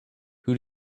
who